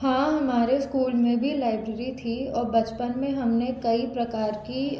हाँ हमारे स्कूल में भी लाइब्रेरी थी और बचपन में हम ने कई प्रकार की